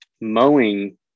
mowing